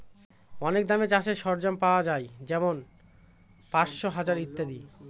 অনেক দামে চাষের সরঞ্জাম পাওয়া যাই যেমন পাঁচশো, হাজার ইত্যাদি